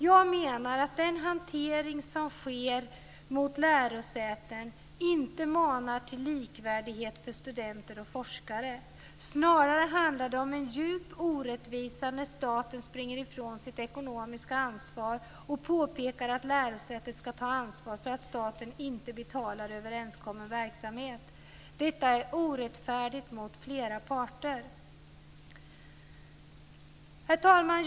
Jag menar att den hantering som sker av lärosäten inte manar till likvärdighet för studenter och forskare. Snarare handlar det om en djup orättvisa när staten springer ifrån sitt ekonomiska ansvar och påpekar att lärosätet ska ta ansvar för att staten inte betalar överenskommen verksamhet. Detta är orättfärdigt mot flera parter. Herr talman!